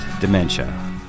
dementia